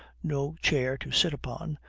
no chair to sit upon,